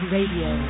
Radio